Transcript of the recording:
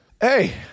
Hey